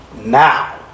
now